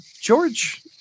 George